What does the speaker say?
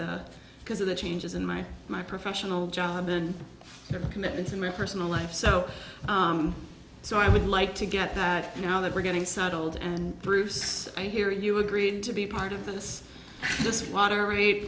the because of the changes in my my professional job and commitments in my personal life so so i would like to get that now that we're getting settled and bruce i hear you agreed to be part of this this